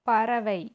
பறவை